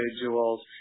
individuals